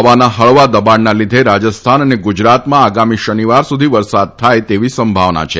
હવાના હળવા દબાણના લીધે રાજસ્થાન અને ગુજરાતમાં આગામી શનિવાર સુધી વરસાદ થાય તેવી સંભાવના છે